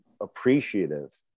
appreciative